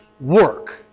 work